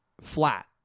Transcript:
flat